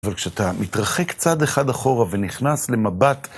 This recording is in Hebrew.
אבל כשאתה מתרחק צד אחד אחורה ונכנס למבט...